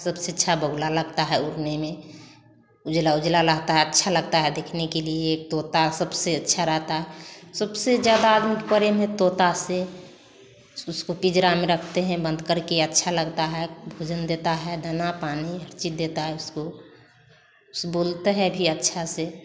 सबसे अच्छा बगुला लगता है उड़ने में उजला उजला रहता है अच्छा लगता है देखने के लिए तोता सबसे अच्छा रहता है सबसे ज़्यादा प्रेम है तोता से उसको पिंजरा में रखते हैं बंद कर के अच्छा लगता है अच्छा लगता है भोजन देता है दाना पानी हर चीज़ देता है उसको बोलता है भी अच्छा से